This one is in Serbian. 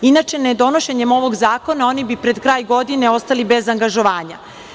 Inače, nedonošenjem ovog zakona, oni bi pred kraj godine ostali bez angažovanja.